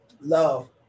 love